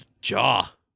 jaw